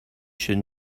should